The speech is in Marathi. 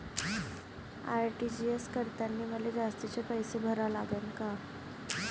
आर.टी.जी.एस करतांनी मले जास्तीचे पैसे भरा लागन का?